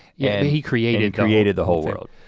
yeah. he created created the whole world.